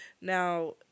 Now